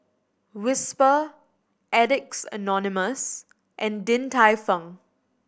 Whisper Addicts Anonymous and Din Tai Fung